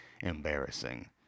embarrassing